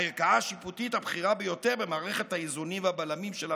הערכאה השיפוטית הבכירה ביותר במערכת האיזונים והבלמים של המדינה"